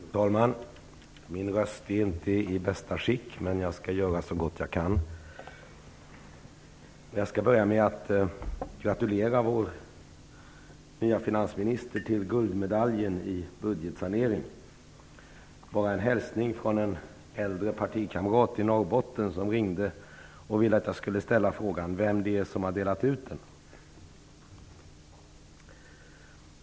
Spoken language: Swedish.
Fru talman! Min röst är inte i bästa skick, men jag skall göra så gott jag kan. Jag skall börja med att gratulera vår nye finansminister till guldmedaljen i budgetsanering. Jag har en hälsning från en äldre partikamrat i Norrbotten som ringde och ville att jag skulle ställa frågan vem som har delat ut den.